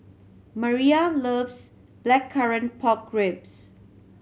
Maia loves Blackcurrant Pork Ribs